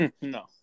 No